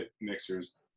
mixers